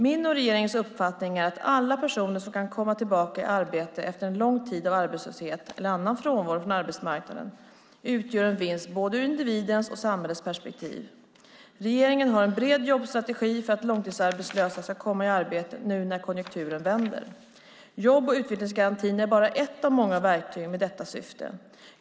Min och regeringens uppfattning är att alla personer som kan komma tillbaka i arbete efter en lång tid av arbetslöshet eller annan frånvaro från arbetsmarknaden utgör en vinst både ur individens och ur samhällets perspektiv. Regeringen har en bred jobbstrategi för att långtidsarbetslösa ska komma i arbete när nu konjunkturen vänder. Jobb och utvecklingsgarantin är bara ett av många verktyg med detta syfte.